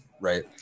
right